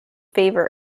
flavor